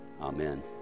amen